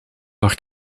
par